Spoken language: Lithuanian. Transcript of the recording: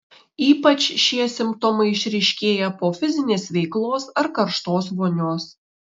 ypač šie simptomai išryškėja po fizinės veiklos ar karštos vonios